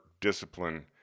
discipline